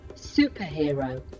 superhero